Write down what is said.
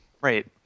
Right